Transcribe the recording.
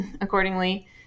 accordingly